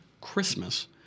Christmas